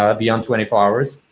ah beyond twenty four hours,